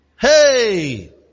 Hey